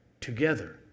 together